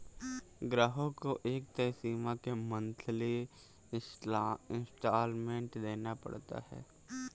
ग्राहक को एक तय समय तक मंथली इंस्टॉल्मेंट देना पड़ता है